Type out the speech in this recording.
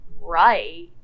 right